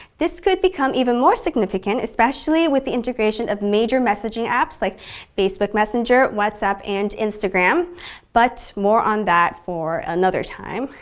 this could become even more significant, especially with the integration of major messaging apps like facebook messenger, whatsapp and instagram but more on that for another time.